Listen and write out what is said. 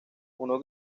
uno